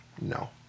No